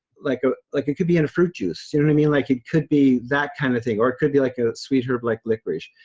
like ah like it could be in a fruit juice. i mean like it could be that kind of thing, or it could be like a sweet herb, like licorice.